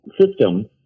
system